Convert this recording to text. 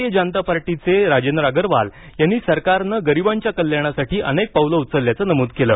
भाजपचे राजेंद्र अगरवाल यांनी सरकारनं गरिबांच्या कल्याणासाठी अनेक पाऊलं उचलल्याचं नमूद केलं